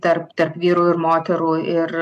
tarp tarp vyrų ir moterų ir